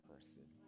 person